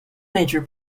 major